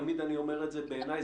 תמיד אני אומר את זה: בעיניי,